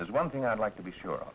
there's one thing i'd like to be sure